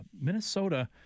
Minnesota